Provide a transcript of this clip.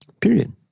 Period